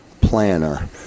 planner